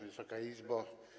Wysoka Izbo!